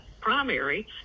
primary